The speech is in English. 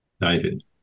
David